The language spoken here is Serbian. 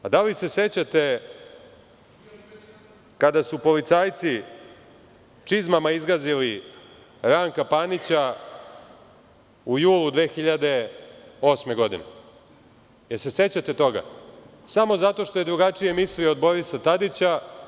Da li se sećate kada su policajci čizmama izgazili Ranka Panića u junu 2008. godine, da li se sećate toga, samo zato što je drugačije mislio od Borisa Tadića?